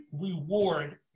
reward